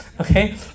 Okay